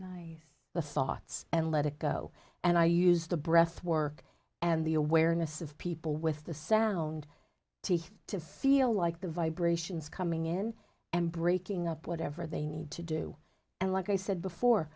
g the thoughts and let it go and i used the breath work and the awareness of people with the sound to feel like the vibrations coming in and breaking up whatever they need to do and like i said before